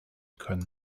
können